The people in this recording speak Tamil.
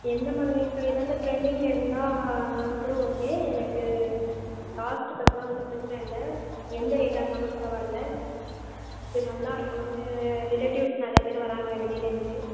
எந்த மாதிரி இப்போ எதாவது ட்ரெண்டிங்கில் இருந்தால் அது கூட ஓகே எனக்கு காஸ்ட்டு பற்றிலாம் ஒன்றும் பிரச்சின இல்லை எந்த ரேட்டாக இருந்தாலும் பரவாயில்லை அது நல்லா இருக்கணும் ரிலேட்டிவ்ஸ் நிறைய பேர் வராங்க வெளியிலிருந்து